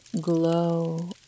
glow